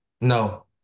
No